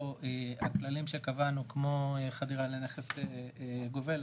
הכללים שקבענו כמו חדירה לנכס גובל,